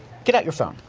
get out your phone,